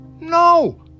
No